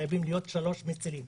חייבים להיות שלושה מצילים